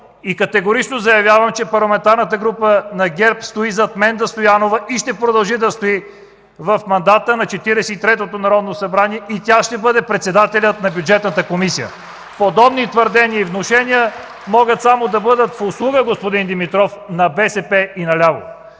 Категорично заявявам, че Парламентарната група на ГЕРБ стои зад Менда Стоянова и ще продължи да стои в мандата на Четиридесет и третото народно събрание и тя ще бъде председателят на Бюджетната комисия. (Ръкопляскания от ГЕРБ.) Подобни твърдения и внушения могат само да бъдат в услуга, господин Димитров, на БСП и на ляво.